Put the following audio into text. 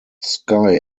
sky